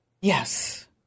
yes